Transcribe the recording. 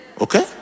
Okay